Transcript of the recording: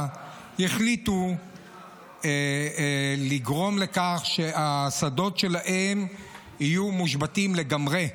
החליטו לגרום לכך שהשדות שלהם יהיו מושבתים לגמרי.